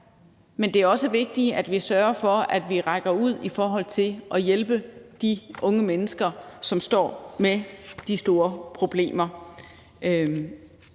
Men det er også vigtigt at sørge for, at vi rækker ud i forhold til at hjælpe de unge mennesker, som står med de store problemer.